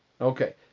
Okay